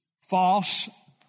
false